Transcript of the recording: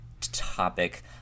topic